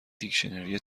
دیکشنری